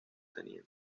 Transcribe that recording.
teniente